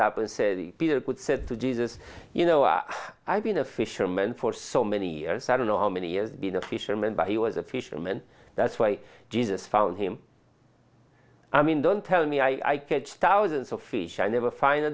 up and said good said to jesus you know i i've been a fisherman for so many years i don't know how many years been a fisherman but he was a fisherman that's why jesus found him i mean don't tell me i catch thousands of fish i never find a